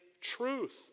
truth